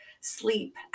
sleep